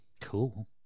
Cool